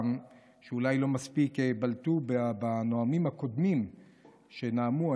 שאולי לא מספיק בלטו אצל הנואמים הקודמים שנאמו.